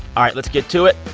all right. let's get to it.